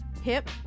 hip